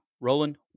Roland